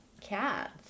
cats